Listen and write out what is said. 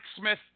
Smith